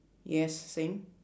yes same